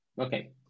Okay